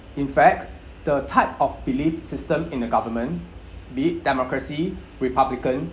in fact the type of belief system in the government be it democracy republican